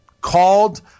called